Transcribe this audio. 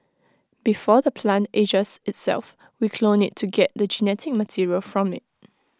before the plant ages itself we clone IT to get the genetic material from IT